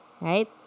right